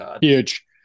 Huge